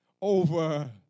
over